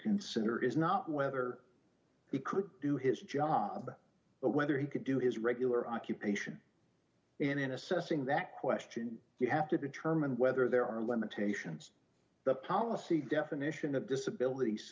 consider is not whether he could do his job but whether he could do his regular occupation in assessing that question you have to determine whether there are limitations the policy definition of disabilit